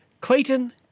Clayton